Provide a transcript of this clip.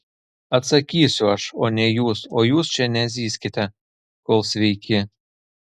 atsakysiu aš o ne jūs o jūs čia nezyzkite kol sveiki